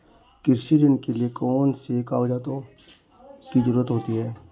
कृषि ऋण के लिऐ कौन से कागजातों की जरूरत होती है?